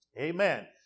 amen